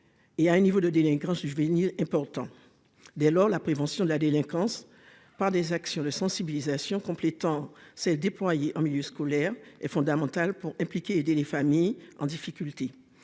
Et à un niveau de délinquance juvénile important dès lors la prévention de la délinquance par des actions de sensibilisation complétant s'est déployée en milieu scolaire est fondamental pour impliquer aider les familles en difficulté.